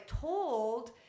told